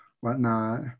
whatnot